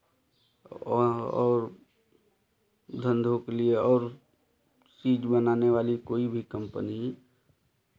वहाँ और धंधों के लिए और चीज़ बनाने वाली कोई भी कम्पनी